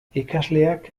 ikasleak